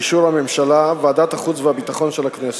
באישור הממשלה וועדת החוץ והביטחון של הכנסת.